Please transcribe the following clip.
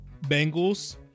Bengals